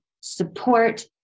support